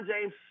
James